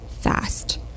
fast